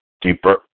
Deeper